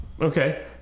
Okay